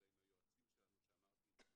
אלא עם היועצים שלנו שאמרתי את שמותיהם,